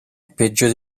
peggio